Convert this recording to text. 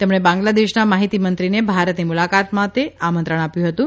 તેમણે બાંગ્લાદેશના માહિતી મંત્રીને ભારતની મુલાકાત માટે આમંત્રણ આપ્યુ હતુ